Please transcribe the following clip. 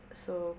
so